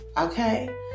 Okay